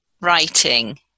writing